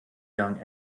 young